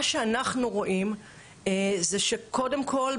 מה שאנחנו רואים זה שקודם כל,